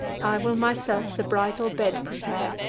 i will myself the bridal bed prepare,